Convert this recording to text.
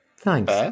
Thanks